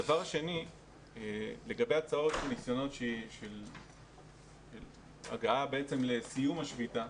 הדבר שני הוא לגבי הצעות להגעה לסיום השביתה.